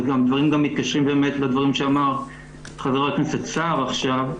הדברים מתקשרים גם לדברים שאמר חה"כ סער עכשיו.